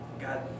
God